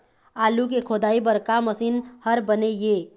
आलू के खोदाई बर का मशीन हर बने ये?